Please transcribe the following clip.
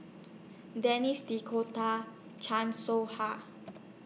Denis D'Cotta Chan Soh Ha